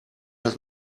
los